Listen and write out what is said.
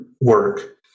work